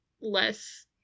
less